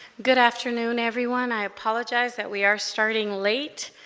good afternoon everyone i apologize that we are starting late